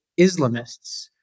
Islamists